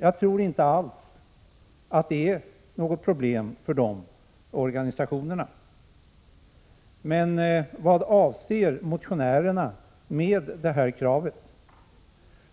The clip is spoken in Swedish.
Jag tror inte alls att det är något problem för dessa organisationer. Vad avser motionärerna med ett sådant krav?